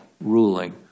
ruling